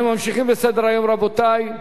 אנחנו ממשיכים בסדר-היום, רבותי: